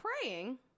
praying